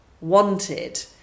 wanted